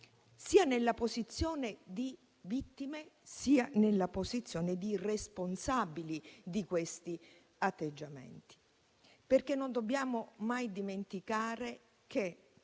sia nella posizione di vittime sia nella posizione di responsabili di questi atteggiamenti. Non dobbiamo mai dimenticare